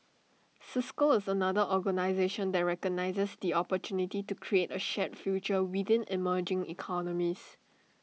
cisco is another organisation that recognises the opportunity to create A shared future within emerging economies